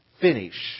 finish